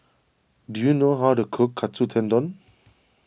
do you know how to cook Katsu Tendon